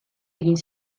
egin